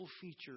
feature